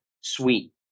sweet